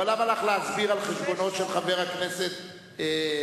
אבל למה לך להסביר על חשבונו של חבר הכנסת בן-סימון?